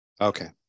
okay